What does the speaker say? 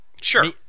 Sure